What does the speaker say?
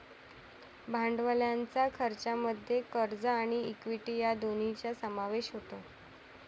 भांडवलाच्या खर्चामध्ये कर्ज आणि इक्विटी या दोन्हींचा समावेश होतो